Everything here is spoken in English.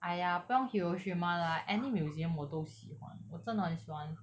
!aiya! 不用 hiroshima lah any museum 我都喜欢我真的很喜欢